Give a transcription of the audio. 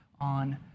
on